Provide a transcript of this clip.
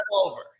over